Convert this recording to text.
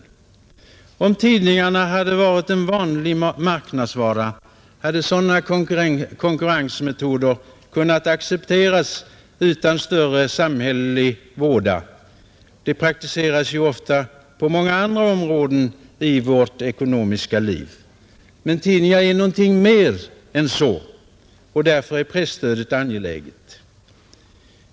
Om tidningarna varit en vanlig marknadsvara hade sådana konkurrensmetoder kunnat accepteras utan större samhällelig våda. Det praktiseras ju ofta på många andra områden av vårt ekonomiska liv. Men tidningar är något mer än så, och därför är presstödet angeläget.